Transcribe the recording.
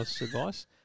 advice